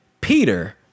Peter